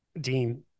Dean